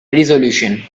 resolution